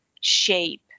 shape